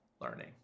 learning